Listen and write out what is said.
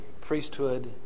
priesthood